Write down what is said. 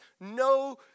no